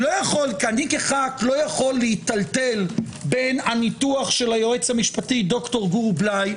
אני כח"כ לא יכול להיטלטל בין הניתוח של היועץ המשפטי ד"ר גור בליי